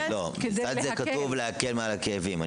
לא, כתוב להקל מהכאבים.